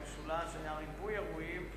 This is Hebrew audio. במשולש היה ריבוי אירועים.